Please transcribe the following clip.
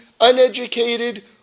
uneducated